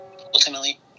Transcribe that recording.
ultimately